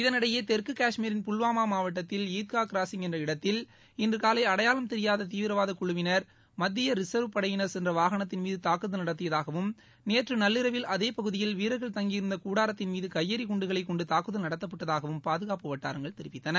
இதளிடையே தெற்கு காஷ்மீரின் புல்வாமா மாவட்டத்தில் ஈத்கா கிராசிங் என்ற இடத்தில் இன்று காலை அடையாளம் தெரியாதா தீவிரவாத குழுவினர் மத்திய ரிசர்வ் படையினர் சென்ற வாகனத்தின் மீது தாக்குதல் நடத்தியதாகவும் நேற்று நள்ளிரவில் அதே பகுதியில் வீரர்கள் தங்கியிருந்த கூடாரத்தில் கையெறி குண்டுகளை கொண்டு தாக்குதல் நடத்தப்பட்டதாகவும் பாதுகாப்பு வட்டாரங்கள் தெரிவித்தன